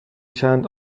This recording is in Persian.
چند